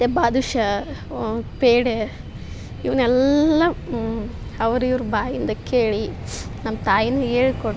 ಮತ್ತು ಬಾದೂಷ ಪೇಡ ಇವನ್ನಲ್ಲ ಅವ್ರಿವರ ಬಾಯಿಯಿಂದ ಕೇಳಿ ನಮ್ಮ ತಾಯಿನೂ ಹೇಳ್ಕೊಟ್ಟು